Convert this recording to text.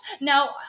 Now